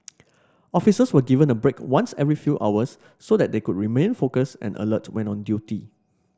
officers were given a break once every few hours so that they could remain focused and alert when on duty